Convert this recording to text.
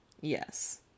yes